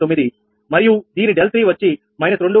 00099 మరియు దీని 𝛿3 వచ్చి −2